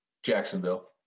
Jacksonville